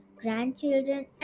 grandchildren